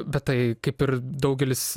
bet tai kaip ir daugelis